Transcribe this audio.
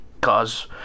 cause